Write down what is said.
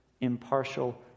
impartial